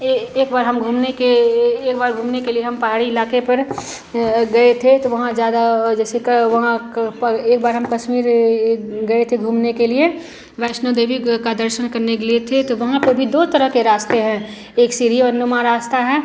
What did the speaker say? ए एक बार हम घूमने के ए एक बार घूमने के लिए हम पहाड़ी इलाक़े पर हं गए थे तो वहाँ ज़्यादा जैसे कै वहाँ क पर एक बार हम कश्मीर ए ए गए थे घूमने के लिए वैष्णो देवी का दर्शन करने गए थे तो वहाँ पर भी दो तरह के रास्ते हैं एक सीढ़ी व नुमा रास्ता है